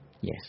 Yes